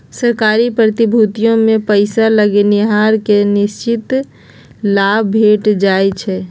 सरकारी प्रतिभूतिमें पइसा लगैनिहार के निश्चित लाभ भेंट जाइ छइ